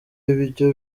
ibyo